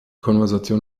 konversation